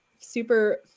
super